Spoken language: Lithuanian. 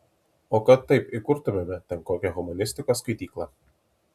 o kad taip įkurtumėme ten kokią humanistikos skaityklą